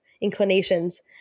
inclinations